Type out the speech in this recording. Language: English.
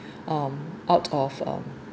um out of uh